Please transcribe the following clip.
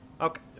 Okay